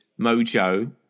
Mojo